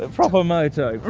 ah bravo moto.